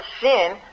sin